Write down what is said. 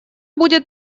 будет